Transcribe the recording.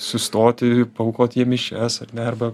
sustoti paaukot jiem mišias ar ne arba